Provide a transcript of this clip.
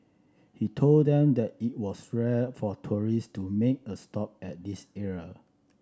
he told them that it was rare for tourists to make a stop at this area